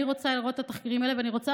אני רוצה לראות התחקירים האלה ואני רוצה